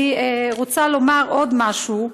אני רוצה לומר עוד משהו: